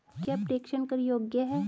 क्या प्रेषण कर योग्य हैं?